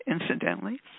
incidentally